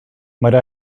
might